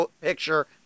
picture